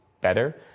better